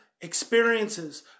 experiences